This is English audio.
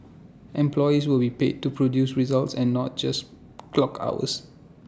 employees will be paid to produce results and not just clock hours